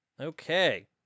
Okay